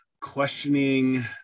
questioning